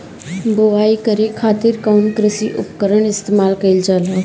बुआई करे खातिर कउन कृषी उपकरण इस्तेमाल कईल जाला?